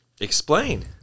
Explain